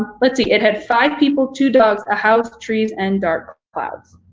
ah let's see, it had five people, two dogs, a house, trees, and dark clouds.